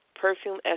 perfume